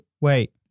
Wait